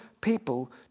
people